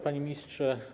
Panie Ministrze!